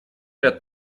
ряд